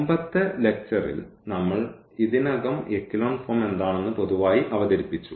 മുമ്പത്തെ ലെക്ച്ചർൽ നമ്മൾ ഇതിനകം എക്കലോൺ ഫോം എന്താണെന്ന് പൊതുവായി അവതരിപ്പിച്ചു